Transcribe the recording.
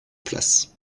place